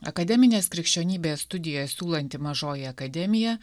akademinės krikščionybės studijas siūlanti mažoji akademija